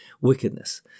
wickedness